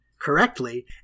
correctly